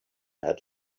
had